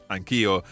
Anch'io